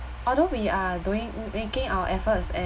although we are doing m~ making our efforts and